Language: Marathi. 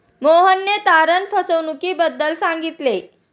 मोहनने तारण फसवणुकीबद्दल सांगितले